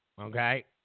Okay